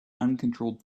uncontrolled